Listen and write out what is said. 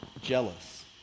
jealous